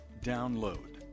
DOWNLOAD